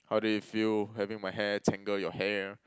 how did it feel having my hair tangle your hair